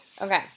Okay